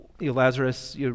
Lazarus